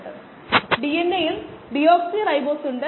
അളക്കാനായി fluorimeter സ്ഥാപിച്ചു